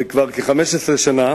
זה כ-15 שנה